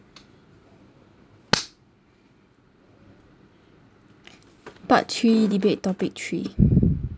part three debate topic three